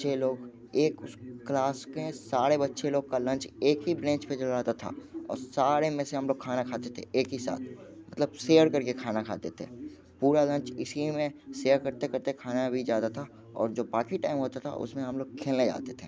बच्चे लोग एक क्लास के सारे बच्चे लोग का लंच एक ही ब्रेंच पे जो रहता था और सारे में से हम लोग खाना खाते थे एक ही साथ मतलब शेयर करके खाना खाते थे पूरा लंच इसी में शेयर करते करते खाना भी ज़्यादा था और जो पार्टी टाइम होता था उसमें हम लोग खेलने जाते थे